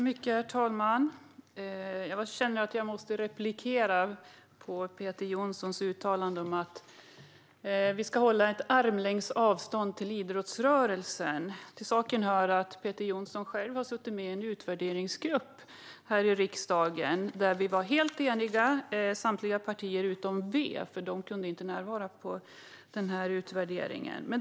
Fru talman! Jag måste replikera på Peter Johnssons uttalande om att vi ska hålla en armlängds avstånd till idrottsrörelsen. Till saken hör att Peter Johnsson själv har suttit med i en utvärderingsgrupp här i riksdagen där vi var helt eniga, samtliga partier utom V som inte kunde närvara.